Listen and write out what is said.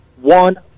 one